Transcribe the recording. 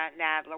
Nadler